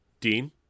Dean